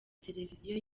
televiziyo